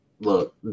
look